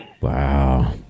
Wow